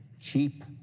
cheap